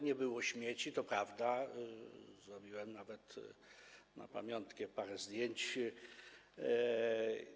Nie było śmieci, to prawda, zrobiłem nawet na pamiątkę parę zdjęć.